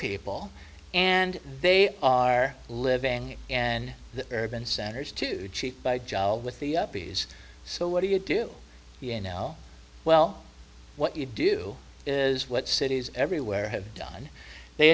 people and they are living in the urban centers to cheat by jowl with the bees so what do you do you now well what you do is what cities everywhere have done they